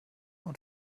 und